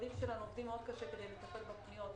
המשרדים שלנו עובדים קשה מאוד כדי לטפל בפניות,